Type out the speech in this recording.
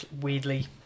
Weirdly